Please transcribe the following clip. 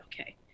okay